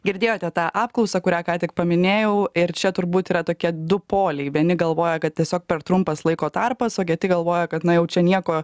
girdėjote tą apklausą kurią ką tik paminėjau ir čia turbūt yra tokie du poliai vieni galvoja kad tiesiog per trumpas laiko tarpas o kiti galvoja kad na jau čia nieko